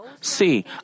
See